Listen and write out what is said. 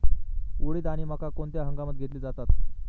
उडीद आणि मका कोणत्या हंगामात घेतले जातात?